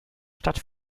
stadt